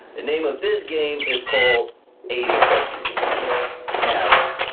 the name of this game is called age appropriate. now,